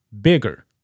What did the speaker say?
Bigger